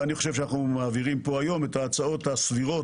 אני חושב שאנחנו מעבירים פה היום את ההצעות הסבירות,